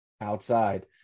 outside